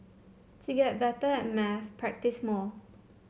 to get better at maths practise more